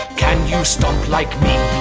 can you stomp like me?